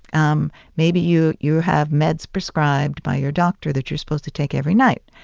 um maybe you you have meds prescribed by your doctor that you're supposed to take every night.